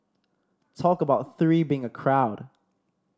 talk about three being a crowd